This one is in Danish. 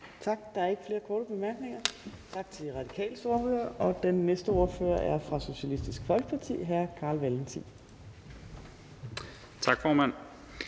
Tak. Der er ikke flere korte bemærkninger. Tak til De Radikales ordfører. Den næste ordfører er fra Socialistisk Folkeparti, hr. Carl Valentin. Kl.